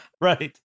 right